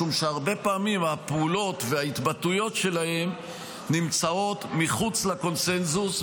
משום שהרבה פעמים הפעולות והתבטאויות שלהם נמצאות מחוץ לקונסנזוס.